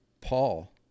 Paul